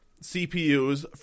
CPUs